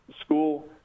school